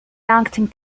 yankton